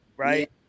Right